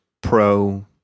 Pro